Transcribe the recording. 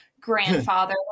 grandfather